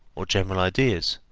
or general ideas,